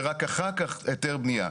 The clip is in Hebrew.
ורק אחר כך היתר בנייה.